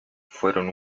fueron